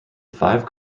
five